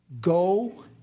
Go